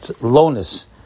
lowness